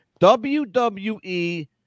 WWE